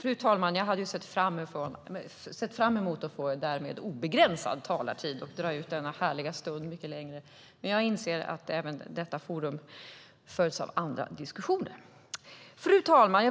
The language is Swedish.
Fru talman! Jag